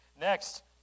Next